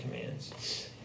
commands